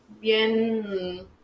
bien